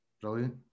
Brilliant